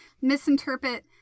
misinterpret